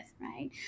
right